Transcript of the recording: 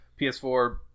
ps4